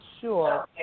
sure